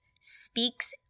speaks